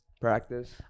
practice